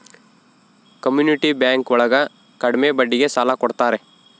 community bank ಒಳಗ ಕಡ್ಮೆ ಬಡ್ಡಿಗೆ ಸಾಲ ಕೊಡ್ತಾರೆ